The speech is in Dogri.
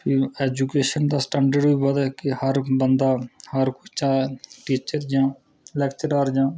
ऐजुकेशन दा सटैन्डर्ड बी बधै कि हर बंदा हर टीचर जां लैक्चरार जां